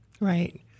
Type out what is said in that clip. Right